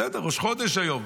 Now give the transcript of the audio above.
בסדר, ראש חודש היום.